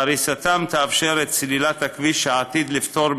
והריסתם תאפשר את סלילת הכביש העתיד לפתור,